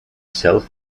self